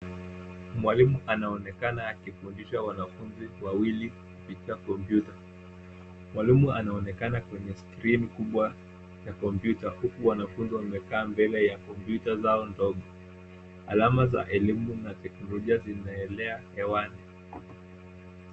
Mwalimu anaonekana akifundisha wanafunzi wawili kupitia kompyuta. Mwalimu anaonekana kwenye skrini kubwa ya kompyuta, huku wanafunzi wamekaa mbele ya kompyuta zao ndogo. Alama za elimu na zikulujia zinaelea hewani.